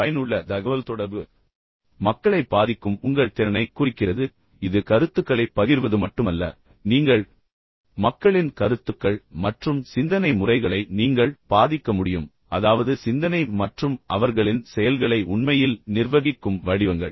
பயனுள்ள தகவல் தொடர்பு மக்களை பாதிக்கும் உங்கள் திறனைக் குறிக்கிறது இது கருத்துக்களைப் பகிர்வது மட்டுமல்ல நீங்கள் மக்களின் கருத்துக்கள் மற்றும் சிந்தனை முறைகளை நீங்கள் பாதிக்க முடியும் அதாவது சிந்தனை மற்றும் அவர்களின் செயல்களை உண்மையில் நிர்வகிக்கும் வடிவங்கள்